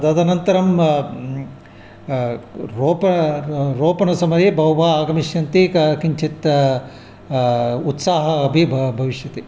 तदनन्तरं रोपणं र् रोपणसमये बहवः आगमिष्यन्ति क किञ्चित् उत्साहः अपि ब भविष्यति